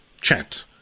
chat